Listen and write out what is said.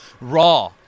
raw